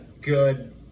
good